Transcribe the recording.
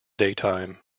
daytime